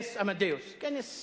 מכנס "אמדאוס", כנס